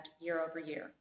year-over-year